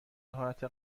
حالت